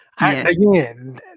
Again